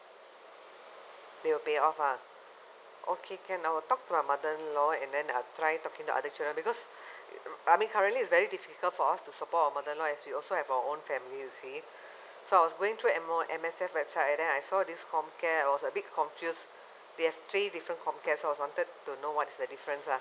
they will pay off ah okay can I will talk to my mother in law and then I'll try talking to others because I mean currently it's very difficult for us to support our mother in law as we also have our own family you see so I was going through M O M_S_F website and then I saw this comcare I was a bit confused they have three different comcares so I was wanted to know what's the difference lah